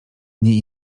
dni